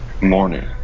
morning